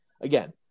again